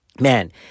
man